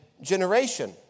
generation